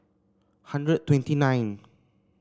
hundred twenty nine